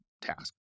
task